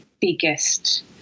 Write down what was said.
biggest